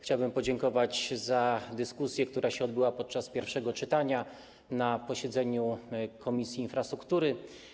Chciałbym podziękować za dyskusję, która odbyła się podczas pierwszego czytania na posiedzeniu Komisji Infrastruktury.